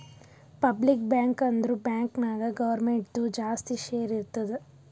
public bank ಅಂದುರ್ bank ನಾಗ್ ಗೌರ್ಮೆಂಟ್ದು ಜಾಸ್ತಿ ಶೇರ್ ಇರ್ತುದ್